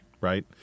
right